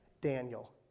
Daniel